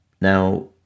Now